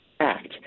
Act